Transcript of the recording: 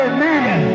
Amen